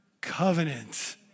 covenant